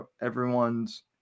everyone's